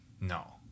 No